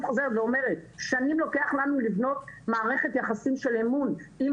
חוזרת ואומרת ששנים לוקח לנו לבנות מערכת יחסים של אמון עם